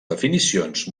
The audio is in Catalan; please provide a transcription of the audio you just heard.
definicions